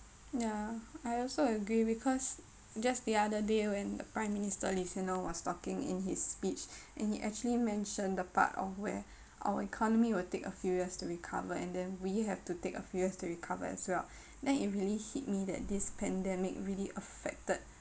ya I also agree because just the other day when prime minister lee hsien loong was talking in his speech and he actually mentioned the part of where our economy will take a few years to recover and then we have to take a few years to recover as well then it really hit me that this pandemic really affected